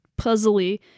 puzzly